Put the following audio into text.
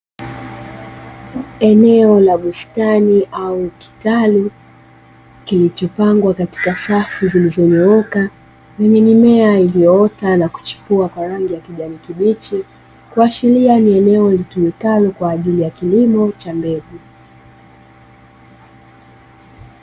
Eneo la bustani au kitani, kilichopangwa katika safu zilizonyooka, yenye mimea iliyoota na kuchipua kwa rangi ya kijani kibichi, kuashiria ni eneo litumikalo kwa ajili ya kilimo cha mbegu.